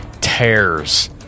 tears